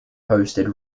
hosted